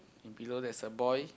and below there's a boy